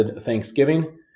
Thanksgiving